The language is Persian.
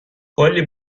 کلی